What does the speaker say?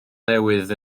newydd